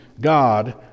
God